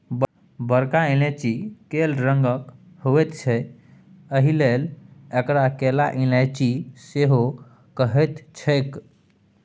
बरका इलायची कैल रंगक होइत छै एहिलेल एकरा कैला इलायची सेहो कहैत छैक